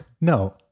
No